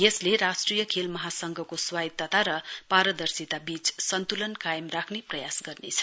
यसले राष्ट्रिय खेल महासंघको स्वायत्रता र पारदर्शिता बीच सन्तुलन कायम राख्ने प्रयास गर्नेछ